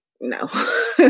no